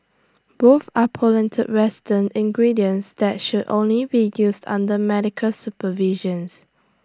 both are potent western ingredients that should only be used under medical supervisions